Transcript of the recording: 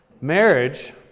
marriage